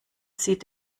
sie